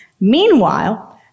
Meanwhile